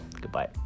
goodbye